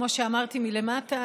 כמו שאמרתי מלמטה,